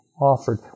offered